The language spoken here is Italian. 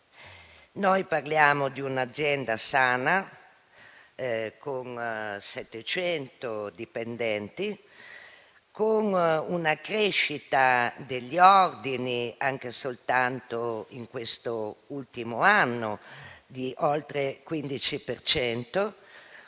Noi parliamo di un'azienda sana, con 700 dipendenti, con una crescita degli ordini, anche soltanto in questo ultimo anno, di oltre il